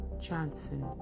Johnson